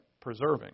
preserving